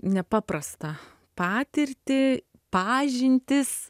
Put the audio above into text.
nepaprastą patirtį pažintis